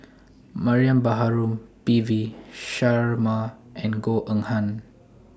Mariam Baharom P V Sharma and Goh Eng Han